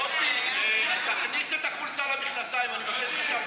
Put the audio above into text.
יוסי, תכניס את החולצה למכנסיים, אני מבקש ממך.